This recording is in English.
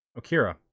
Okira